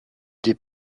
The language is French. des